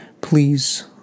please